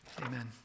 Amen